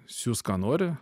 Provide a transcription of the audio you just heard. siųsk ką nori